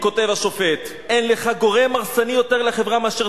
כותב השופט: אין לך גורם הרסני יותר לחברה מאשר